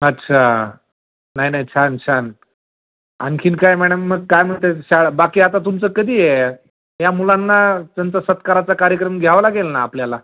अच्छा नाही नाही छान छान आणखीन काय मॅडम मग काय म्हणत आहात शाळा बाकी आता तुमचं कधी आहे या मुलांना त्यांचा सत्काराचा कार्यक्रम घ्यावा लागेल ना आपल्याला